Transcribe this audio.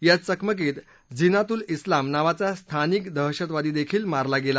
या चकमकीत झीनातुल इस्लाम नावाचा स्थानिक दहशतवादी देखील मारला गेला